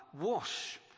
Wash